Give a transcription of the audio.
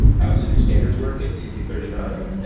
i also do standards work at t c three nine.